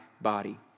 body